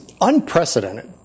unprecedented